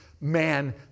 Man